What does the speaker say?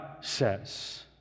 says